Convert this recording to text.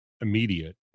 immediate